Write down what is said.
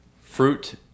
fruit